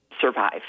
survive